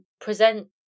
present